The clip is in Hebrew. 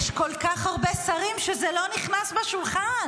שיש כל כך הרבה שרים שזה לא נכנס בשולחן.